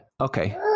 okay